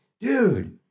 dude